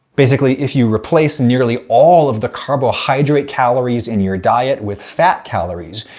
basically if you replace nearly all of the carbohydrate calories in your diet with fat calories,